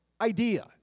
idea